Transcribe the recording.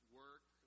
work